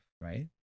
Right